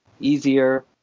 easier